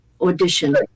audition